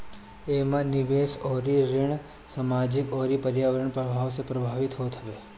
एमे निवेश अउरी ऋण सामाजिक अउरी पर्यावरणीय प्रभाव से प्रभावित होत हवे